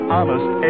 Honest